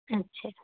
ਅੱਛਾ